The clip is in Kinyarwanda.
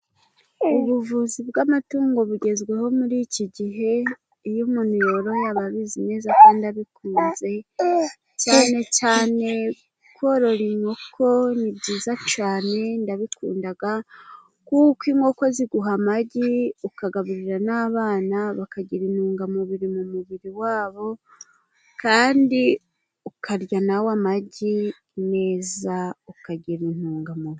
Ubuvuzi bw'amatungo bugezweho muri iki gihe, iyo umuntu yoroye aba abizi neza kandi abikunze cyane cyane korora inkoko ni byiza cyane ndabikundaga, kuko inkoko ziguha amagi ukagaburira n'abana bakagira intungamubiri mu mubiri wabo, kandi ukarya nawe amagi neza ukagira intungamubiri.